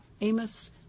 Amos